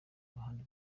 iruhande